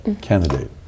Candidate